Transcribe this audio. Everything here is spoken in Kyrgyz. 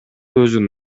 өзүн